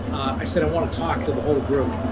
i said, i want to talk to the whole group.